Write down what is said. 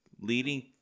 leading